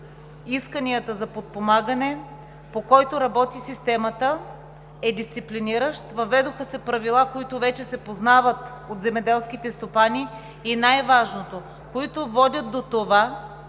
исканията за подпомагане, начинът, по който работи системата, е дисциплиниращ. Въведоха се правила, които вече се познават от земеделските стопани и най-важното – които водят до това